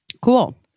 Cool